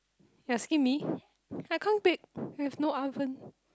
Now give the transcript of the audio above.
you asking me I can't bake with no oven